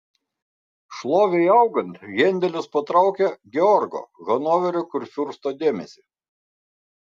šlovei augant hendelis patraukė georgo hanoverio kurfiursto dėmesį